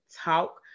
talk